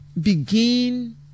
begin